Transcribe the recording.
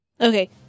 Okay